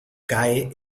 cae